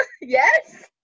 Yes